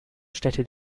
städte